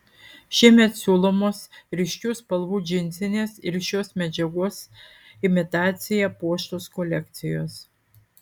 šiemet siūlomos ryškių spalvų džinsinės ir šios medžiagos imitacija puoštos kolekcijos